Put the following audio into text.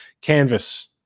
canvas